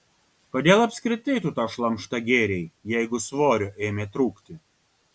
kodėl apskritai tu tą šlamštą gėrei jeigu svorio ėmė trūkti